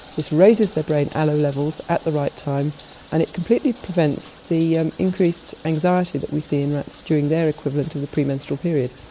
this raises their brain allo levels at the right time and it completely prevents the increased anxiety that we see in rats during their equivalent to the premenstrual period.